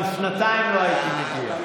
גם בשנתיים לא הייתי מגיע.